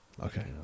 Okay